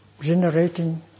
generating